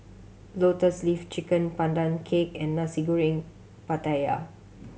Lotus Leaf Chicken Pandan Cake and Nasi Goreng Pattaya